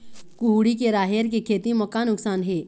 कुहड़ी के राहेर के खेती म का नुकसान हे?